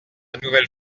nouvelle